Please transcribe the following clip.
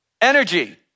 Energy